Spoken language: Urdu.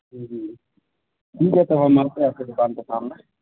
جی جی ٹھیک ہے تب ہم آتے ہیں آپ کی دوکان پہ شام میں